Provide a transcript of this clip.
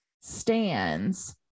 stands